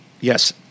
yes